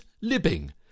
living